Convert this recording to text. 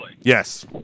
Yes